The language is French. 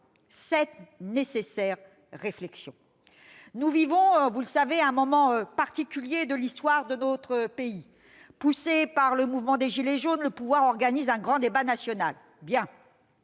cette nécessaire réflexion. Vous le savez, nous vivons un moment particulier de l'histoire de notre pays. Poussé par le mouvement des « gilets jaunes », le pouvoir organise un grand débat national.